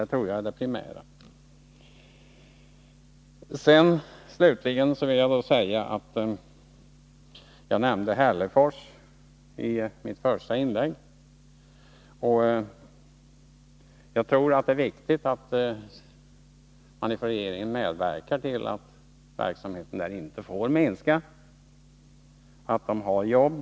Det tror jag är det primära. Jag nämnde Hällefors i mitt första inlägg. Jag tror att det är viktigt att regeringen medverkar till att verksamheten där inte minskar, utan att man ser till att människorna har jobb.